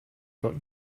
got